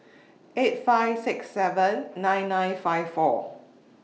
eight five six seven nine nine five four